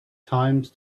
times